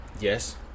Yes